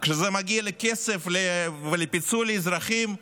כשזה מגיע לכסף ולפיצוי אזרחים,